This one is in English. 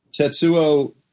Tetsuo